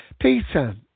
Peter